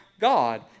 God